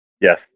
Yes